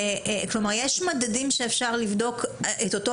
כלומר יש מדדים שאפשר לבדוק את אותם,